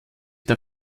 der